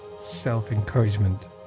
self-encouragement